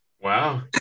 Wow